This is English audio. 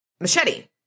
machete